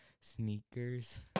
Sneakers